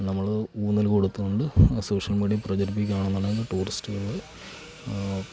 നമ്മൾ ഊന്നൽ കൊടുത്തുകൊണ്ട് സോഷ്യൽ മീഡിയേൽ പ്രചരിപ്പിക്കുകയാണെന്നുണ്ടെങ്കിൽ ടൂറിസ്റ്റ്കൾ